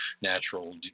natural